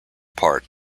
part